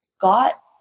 got